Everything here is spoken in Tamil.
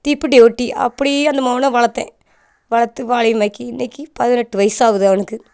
தீப்பெட்டி ஒட்டி அப்படியே அந்த மகனே வளர்த்தேன் வளர்த்து வாலிபம் ஆக்கி இன்றைக்கி பதினெட்டு வயசாகுது அவனுக்கு